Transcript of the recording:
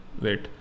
wait